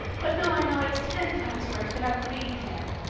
but now i know it's ten times worse to have green hair.